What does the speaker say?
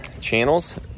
channels